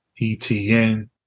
ETN